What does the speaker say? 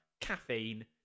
caffeine